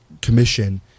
commission